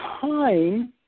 time